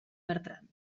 bertran